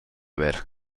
ver